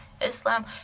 Islam